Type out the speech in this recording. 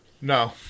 No